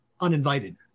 uninvited